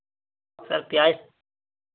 sir price